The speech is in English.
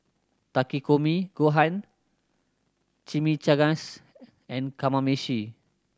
Takikomi Gohan Chimichangas and Kamameshi